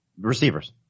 Receivers